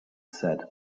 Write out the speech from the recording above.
said